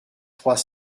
trois